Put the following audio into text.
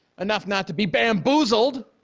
enough not to be bamboozled